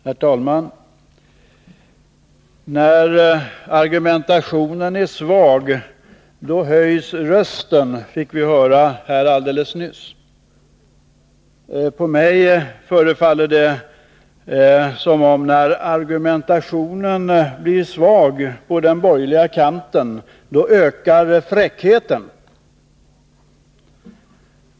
Herr talman! När argumentationen är svag, då höjs rösten, fick vi höra här alldeles nyss. På mig förefaller det som om det är så här: När argumenta 11 Riksdagens protokoll 1981/82:160-161 tionen blir svag på den borgerliga kanten, då ökar fräckheten.